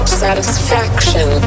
satisfaction